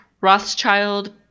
Rothschild